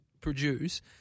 produce